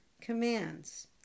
commands